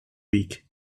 week